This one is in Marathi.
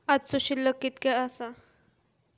आजचो शिल्लक कीतक्या आसा?